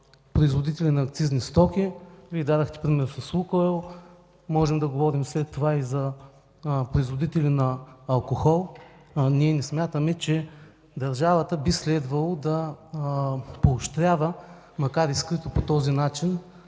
производители на акцизни стоки. Вие дадохте пример с „Лукойл”. Можем след това да говорим и за производители на алкохол, но ние не смятаме, че държавата би следвало да поощрява, макар и скрито, по този начин